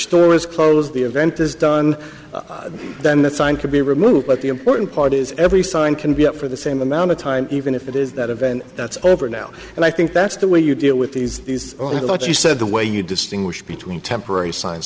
store is closed the event is done then the sign could be removed but the important part is every sign can be up for the same amount of time even if it is that event that's over now and i think that's the way you deal with these these only what you said the way you distinguish between temporary s